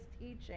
teaching